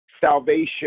Salvation